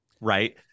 right